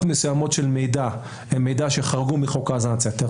מסוימות של מידע הן מידע שחרג מחוק האזנת סתר,